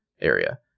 area